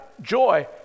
joy